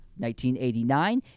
1989